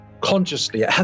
consciously